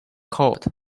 court